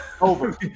Over